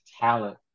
talent